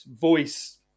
voice